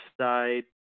side